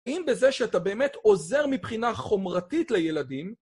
אם בזה שאתה באמת עוזר מבחינה חומרתית לילדים...